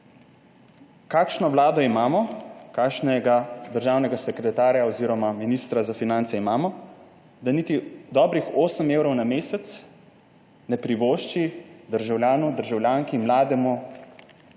kakšno vlado imamo, kakšnega državnega sekretarja oziroma ministra za finance imamo, da niti dobrih osem evrov na mesec ne privošči državljanom, državljanki, mlademu,